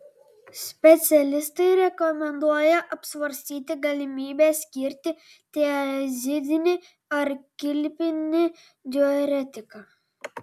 specialistai rekomenduoja apsvarstyti galimybę skirti tiazidinį ar kilpinį diuretiką